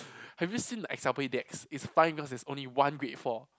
have you seen the decks it's fine because there is only one grade four